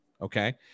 Okay